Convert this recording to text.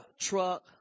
truck